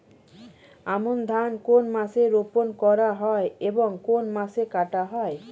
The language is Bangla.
আমন ধান কোন মাসে রোপণ করা হয় এবং কোন মাসে কাটা হয়?